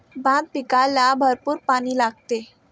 भात पिकाला भरपूर पाणी लागते